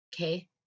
Okay